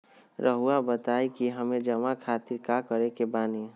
रहुआ बताइं कि हमें जमा खातिर का करे के बानी?